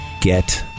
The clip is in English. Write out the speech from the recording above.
Get